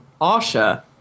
Asha